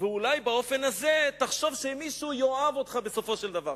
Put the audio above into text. ואולי באופן הזה תחשוב שמישהו יאהב אותך בסופו של דבר.